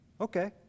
Okay